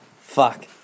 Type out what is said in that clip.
fuck